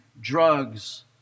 drugs